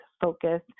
focus